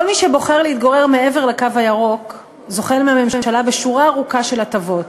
כל מי שבוחר להתגורר מעבר לקו הירוק זוכה מהממשלה בשורה ארוכה של הטבות,